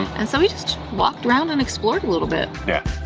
and so we just walked around and explored a little bit. yeah.